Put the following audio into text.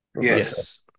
Yes